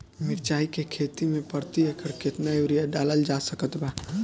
मिरचाई के खेती मे प्रति एकड़ केतना यूरिया डालल जा सकत बा?